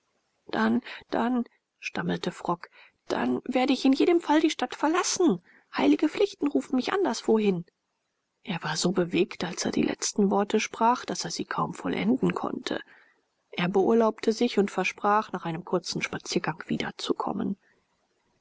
dann dann stammelte frock dann werde ich in jedem fall die stadt verlassen heilige pflichten rufen mich anderswo hin er war so bewegt als er die letzten worte sprach daß er sie kaum vollenden konnte er beurlaubte sich und versprach nach einem kurzen spaziergang